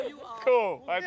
Cool